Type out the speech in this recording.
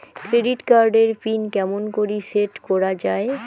Credit card এর pin কেমন করি সেট করা য়ায়?